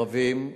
ערבים,